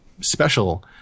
special